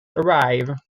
arrive